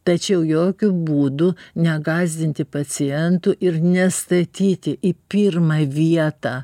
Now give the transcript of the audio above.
tačiau jokiu būdu negąsdinti pacientų ir nestatyti į pirmą vietą